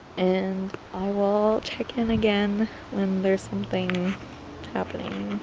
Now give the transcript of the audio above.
and i will check in again when there's something happening